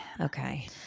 okay